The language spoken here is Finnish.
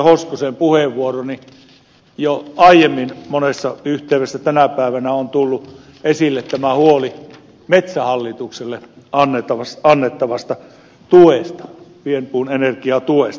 hoskosen puheenvuoroihin jo aiemmin monessa yhteydessä tänä päivänä on tullut esille tämä huoli metsähallitukselle annettavasta tuesta pienpuun energiatuesta